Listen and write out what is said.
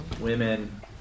women